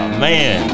man